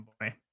boy